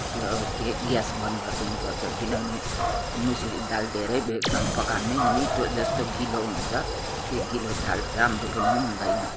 के ग्यास बन्द गरिदिनु पर्छ किनभने मुसुरी दाल धेरै बेरसम्म पकायो भने लिटो जस्तो गिलो हुन्छ त्यो गिलो दाल राम्रो पनि हुँदैन